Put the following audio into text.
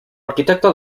arquitecto